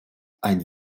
ein